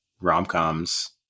rom-coms